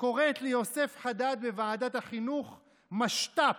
קוראת ליוסף חדד בוועדת החינוך משת"פ,